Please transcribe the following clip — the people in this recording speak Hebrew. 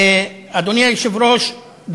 אדוני היושב-ראש,